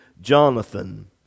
Jonathan